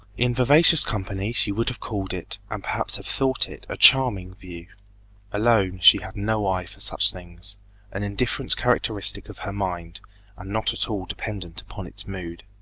in vivacious company she would have called it, and perhaps have thought it, a charming view alone, she had no eye for such things an indifference characteristic of her mind, and not at all dependent upon its mood.